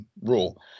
rule